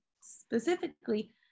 specifically